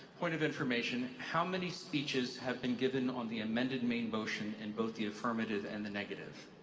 point of information how many speeches have been given on the amended main motion in both the affirmative and the negative?